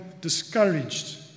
discouraged